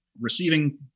receiving